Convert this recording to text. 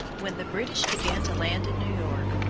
when the british began to land in new york,